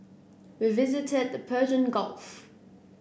we visited the Persian Gulf